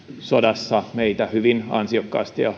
sodassa meitä hyvin ansiokkaasti ja